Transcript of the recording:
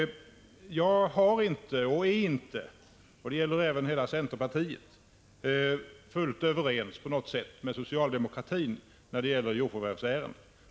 Jag är inte på något sätt — och det gäller hela centerpartiet — fullt överens med socialdemokratin när det gäller jordförvärvsärenden.